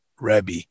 Rabbi